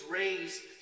raised